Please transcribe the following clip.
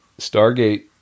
Stargate